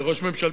זה ראש ממשלתך.